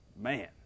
Man